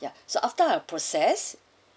ya so after I process